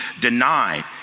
denied